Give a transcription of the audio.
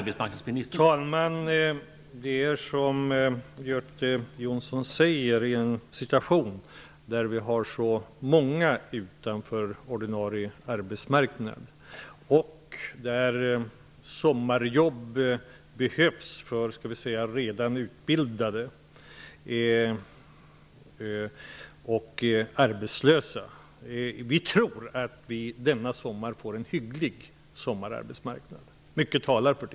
Herr talman! Som Göte Jonsson säger befinner vi oss i en situation då många står utanför den ordinarie arbetsmarknaden. Sommarjobben behövs för redan utbildade och arbetslösa. Vi tror att det denna sommar blir en hygglig sommararbetsmarknad. Mycket talar för det.